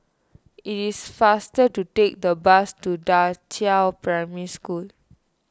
it is faster to take the bus to Da Qiao Primary School